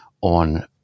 on